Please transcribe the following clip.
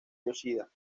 yoshida